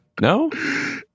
No